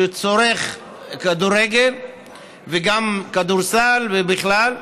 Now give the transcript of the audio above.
שצורך כדורגל וגם כדורסל ובכלל.